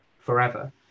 forever